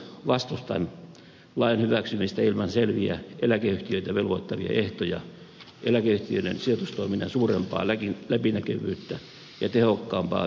vastustan lain hyväksymistä ilman selviä eläkeyhtiöitä velvoittavia ehtoja eläkeyhtiöiden sijoitustoiminnan suurempaa läpinäkyvyyttä ja tehokkaampaa yhteiskunnallista valvontaa